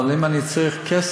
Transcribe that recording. אבל אם אני צריך כסף,